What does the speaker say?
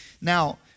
Now